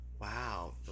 Wow